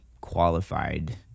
qualified